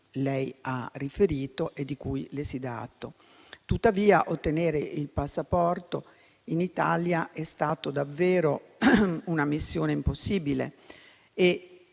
lei ha riferito e di cui le si dà atto. Tuttavia, ottenere il passaporto in Italia è davvero una missione impossibile,